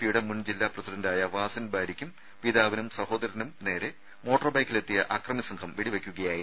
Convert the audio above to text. പിയുടെ മുൻ ജില്ലാ പ്രസിഡന്റായ വാസിൻ ബാരിയ്ക്കും പിതാവിനും സഹോദരനും നേരെ മോട്ടോർ ബൈക്കിലെത്തിയ അക്രമി സംഘം വെടിവെയ്ക്കുകയായിരുന്നു